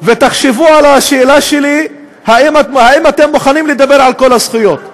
ותחשבו על השאלה שלי אם אתם מוכנים לדבר על כל הזכויות.